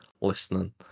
listening